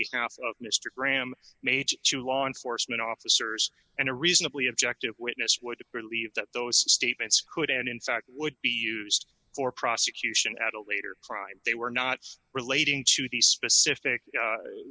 behalf of mister graham major to law enforcement officers and a reasonably objective witness would believe that those statements could end in sight would be used for prosecution at a later crime they were not relating to the specific